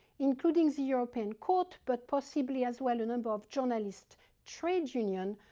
including the european court but possibly as well a number of journalist trade unions,